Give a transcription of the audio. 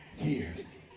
years